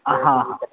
ہاں ہاں